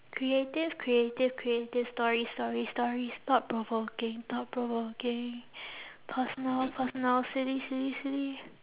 creative creative creative stories stories stories thought provoking thought provoking personal personal silly silly silly